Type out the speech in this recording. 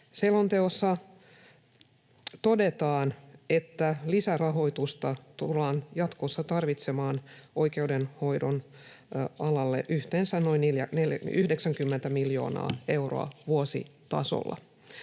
Selonteossa todetaan, että lisärahoitusta tullaan jatkossa tarvitsemaan oikeudenhoidon alalle yhteensä noin 90 miljoonaa euroa vuositasolla.